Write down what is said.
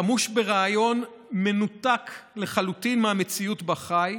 חמוש ברעיון מנותק לחלוטין מהמציאות שבה חי,